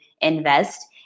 invest